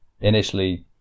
initially